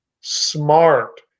smart